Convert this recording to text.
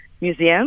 Museum